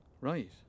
Right